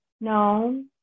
No